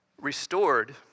restored